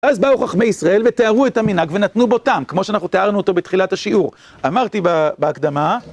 אז באו חכמי ישראל ותיארו את המנהג ונתנו בו טעם, כמו שאנחנו תיארנו אותו בתחילת השיעור, אמרתי בהקדמה.